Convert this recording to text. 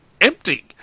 empty